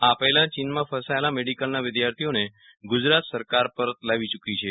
આ પહેલા ચીનમાં ફસાયેલા મેડીકલના વિદ્યાર્થીઓને ગુજરાત સરકાર પરત લાવી ચૂકી છે